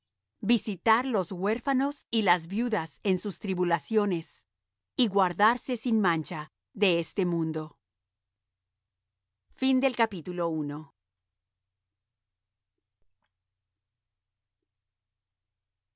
visitar los huérfanos y las viudas en sus tribulaciones y guardarse sin mancha de este mundo